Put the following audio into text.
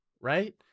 right